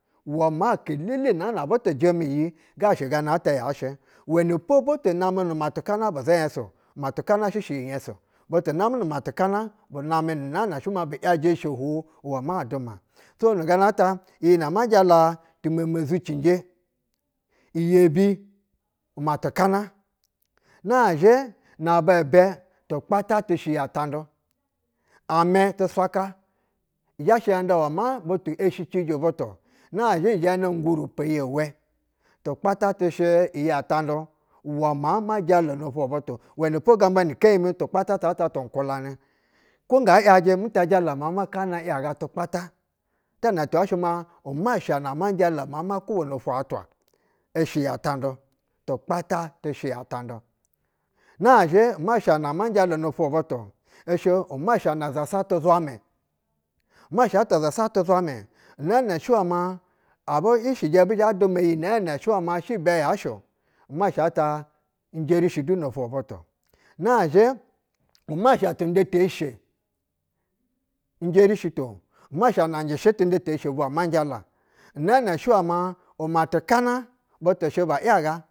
Uwɛ maa aka ide na butu jɛmɛ iyi gashɛ gana yashɛ. uwɛnɛpo butu namɛ nu matikana bu za nyɛsɛ-o. matikana shɛshɛ yi yɛsɛ-o. Butu namɛ nu matikana bu namɛ ni yi nɛɛnɛ shɛ ma bu yajɛ eshe hwoo uwɛ mga duma. So nugata iyi nɛ ma jala tumeme zucinje, iyebi, matikana, mazhɛ na ba bɛ tukpata ti shɛ yi-atanƌu, amɛ tukapa zhashɛ ya nƌa wɛ maa butu eshiciji butu, nazhɛ izhɛ no ngunipo iyi wɛ. Tukputa tɛshɛ iyi atauƌu uwɛ maa ma jala nofwo butu uwɛnɛpo ganiba ni kɛiɧ mi tu kpata ta ta tu n kwulanɛ. Kwo nga ‘yajɛ nta jata maa ma kana yaga tukpata. Tana tiyashɛ ma umasha na ma jala maa ma kwuba nofwo twa shɛ yi atandu, tu kpata shɛ yi a taudu. Nazhɛ masha na majala nofwo butu ɛshɛ masha na zasa tu kana, umasha na zasa tu kana ma ɛbi ishijɛ bizhɛ-aduma iyi nɛ nɛ shɛ wɛ ma shɛ bɛ yashɛ-o, umasha ta njerishi du nofwo butu. Nazhɛ umasha tinƌa te eshe n jerishi tu-o. umasha na njɛ shɛ tunda te eshe tuba ama jala nɛɛnɛ shɛ ba ‘yaga.